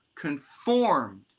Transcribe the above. conformed